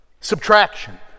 Subtraction